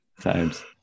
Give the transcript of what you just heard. Times